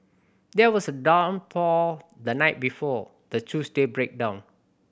there was a downpour the night before the Tuesday breakdown